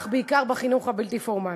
אך בעיקר בחינוך הבלתי-פורמלי.